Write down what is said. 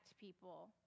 people